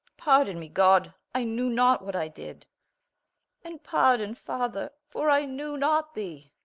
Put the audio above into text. pardon me god, i knew not what i did and pardon father, for i knew not thee.